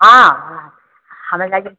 ହଁ ଆମେ ଯାଇକରି